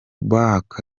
back